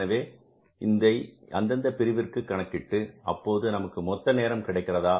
எனவே இதை அந்தந்த பிரிவிற்கும் கணக்கிட்டு அப்போது நமக்கு மொத்த நேரம் கிடைக்கிறதா